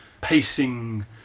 pacing